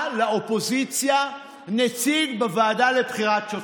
לאופוזיציה נציג בוועדה לבחירת שופטים.